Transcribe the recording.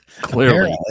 Clearly